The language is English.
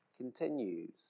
continues